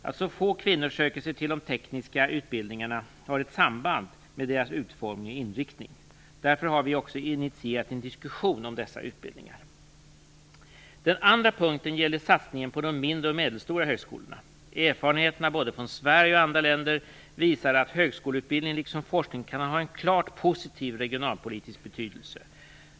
Att så få kvinnor söker sig till de tekniska utbildningarna har ett samband med dessa utbildningars utformning och inriktning. Därför har vi initierat en diskussion om dessa utbildningar. Den andra frågan gäller satsningen på de mindre och medelstora högskolorna. Erfarenheterna både från Sverige och från andra länder visar att högskoleutbildning liksom forskning kan ha en klart positiv regionalpolitisk betydelse.